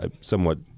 somewhat